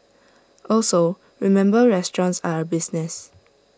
also remember restaurants are A business